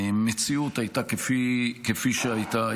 המציאות הייתה כפי שהייתה.